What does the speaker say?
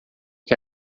que